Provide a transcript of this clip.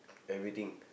everything